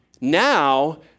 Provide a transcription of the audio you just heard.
Now